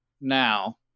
now